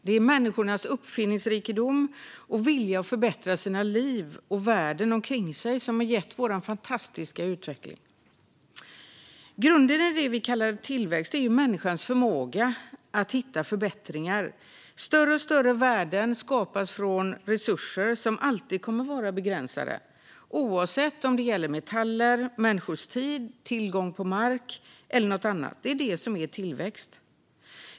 Det är människornas uppfinningsrikedom och vilja att förbättra sina liv och världen omkring sig som har gett oss vår fantastiska utveckling. Grunden i det som vi kallar tillväxt är människans förmåga att hitta förbättringar. Större och större värden skapas från resurser som alltid kommer att vara begränsade, oavsett om det gäller metaller, människors tid, tillgång på mark eller någonting annat. Det är det som är tillväxt.